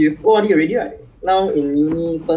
twenty eighteen nia